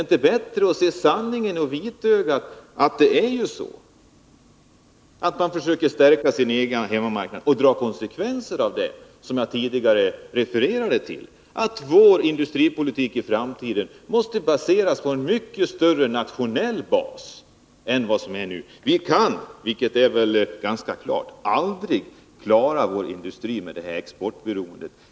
Det är bättre att se sanningen i vitögat och konstatera att det är på detta sätt. Och sedan får man dra konsekvenserna av att vår industripolitik i framtiden — som jag tidigare sade — i mycket större omfattning måste baseras på en nationell bas än nu. Vi kan, vilket väl är ganska uppenbart, aldrig klara vår industri med det här exportberoendet.